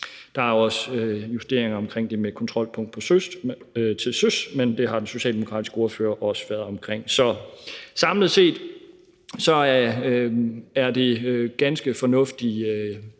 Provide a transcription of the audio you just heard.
Der er også en justering omkring det med kontrolpunkt til søs, men det har den socialdemokratiske ordfører også været omkring. Så samlet set er det ganske fornuftige